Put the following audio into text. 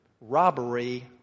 robbery